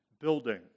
building